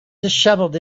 dishevelled